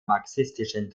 marxistischen